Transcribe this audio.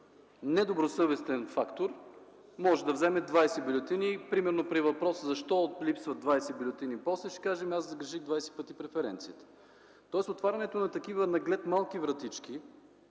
Недобросъвестен фактор може да вземе 20 бюлетини и примерно при въпрос: защо липсват 20 бюлетини после, да каже: ами аз сгреших 20 пъти преференцията. Тоест отварянето на такива наглед малки вратички